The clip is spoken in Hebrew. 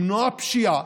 למנוע פשיעה,